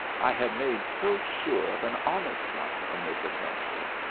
i had made so sure of an honest one in this adventure.